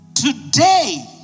Today